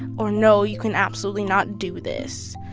or no, you can absolutely not do this.